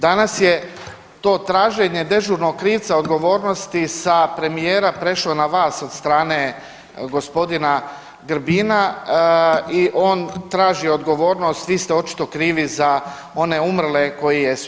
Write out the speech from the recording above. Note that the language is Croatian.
Danas je to traženje dežurnog krivca, odgovornosti sa premijera prešlo na vas od strane g. Grbina i on traži odgovornost, vi ste očito krivi za one umrle koji jesu.